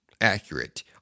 accurate